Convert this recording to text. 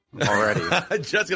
already